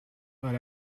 but